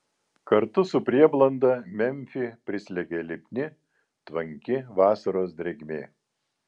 kartu su prieblanda memfį prislėgė lipni tvanki vasaros drėgmė